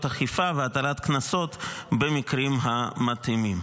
אכיפה והטלת קנסות במקרים המתאימים.